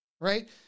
Right